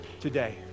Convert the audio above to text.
today